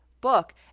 book